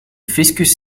fiscus